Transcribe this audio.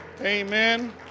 Amen